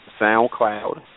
SoundCloud